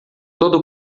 todo